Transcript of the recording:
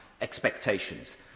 expectations